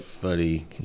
buddy